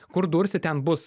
kur dursi ten bus